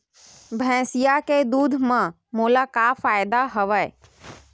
भैंसिया के दूध म मोला का फ़ायदा हवय?